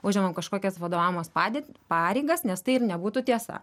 užimam kažkokias vadovaujamas padėt pareigas nes tai ir nebūtų tiesa